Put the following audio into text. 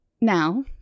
now